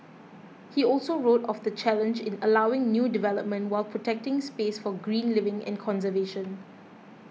he also wrote of the challenge in allowing new development while protecting space for green living and conservation